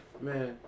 Man